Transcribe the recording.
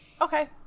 okay